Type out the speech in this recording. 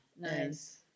Nice